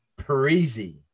Parisi